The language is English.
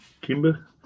Kimber